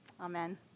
Amen